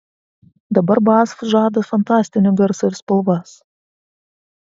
dabar basf žada fantastinį garsą ir spalvas